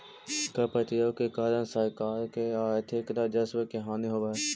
कर प्रतिरोध के कारण सरकार के आर्थिक राजस्व के हानि होवऽ हई